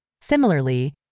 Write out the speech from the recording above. Similarly